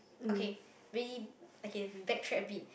okay we okay backtrack a bit